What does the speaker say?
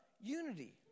unity